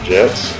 Jets